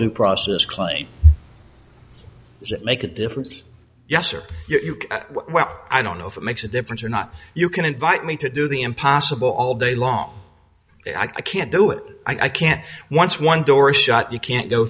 in process clay does it make a difference yes or well i don't know if it makes a difference or not you can invite me to do the impossible all day long i can't do it i can't once one door shut you can't go